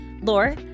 Lore